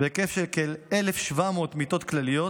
בהיקף של כ-1,700 מיטות כלליות.